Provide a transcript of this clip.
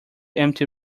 empty